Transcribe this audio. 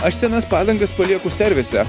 aš senas padangas palieku servise